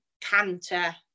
canter